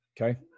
Okay